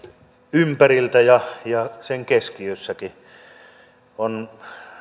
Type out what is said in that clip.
ympäriltä ja ja sen keskiössäkin